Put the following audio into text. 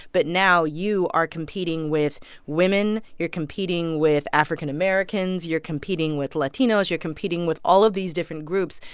but now you are competing with women. you're competing with african-americans. you're competing with latinos. you're competing with all of these different groups.